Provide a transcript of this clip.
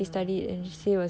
mm mm